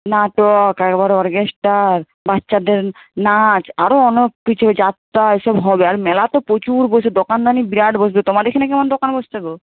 নাটক একবারে অর্কেস্ট্রা বাচ্চাদের নাচ আরো অনোক কিছু যাত্রা এসব হবে আর মেলা তো প্রচুর বসে দোকানদানি বিরাট বসবে তোমার এখানে কেমন দোকান বসছে গো